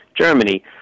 Germany